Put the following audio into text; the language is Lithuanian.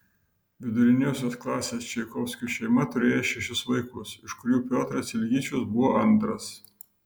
viduriniosios klasės čaikovskių šeima turėjo šešis vaikus iš kurių piotras iljičius buvo antras